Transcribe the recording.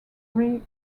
three